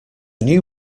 new